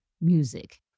music